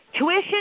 Tuition